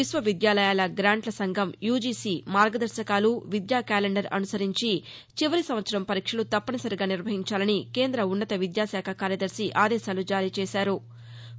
విశ్వ విద్యాలయాల గ్రాంట్ల సంఘం యుజిసి మార్గదర్శకాలు విద్యా క్యాలెండర్ అనుసరించి చివరి సంవత్సరం పరీక్షలు తప్పనిసరిగా నిర్వహించాలని కేంద్ర ఉన్నత విద్యాశాఖ కార్యదర్శి ఆదేశాలు జారీ చేశారు